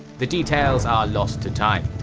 the details are lost to time,